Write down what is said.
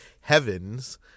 heavens